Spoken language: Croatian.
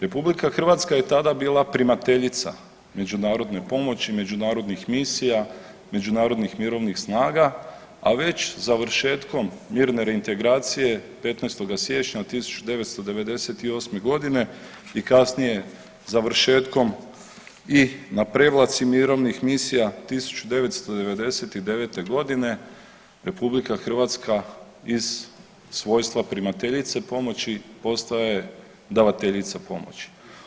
RH je tada bila primateljica međunarodne pomoći, međunarodnih misija, međunarodnih mirovnih snaga, a već završetkom mirne reintegracije 15. siječnja 1998.g. i kasnije završetkom i na Prevlaci mirovnih misija 1999.g. RH iz svojstva primateljice pomoći postaje davateljica pomoći.